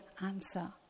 answer